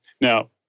Now